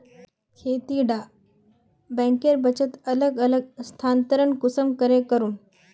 खेती डा बैंकेर बचत अलग अलग स्थानंतरण कुंसम करे करूम?